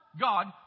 God